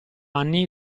anni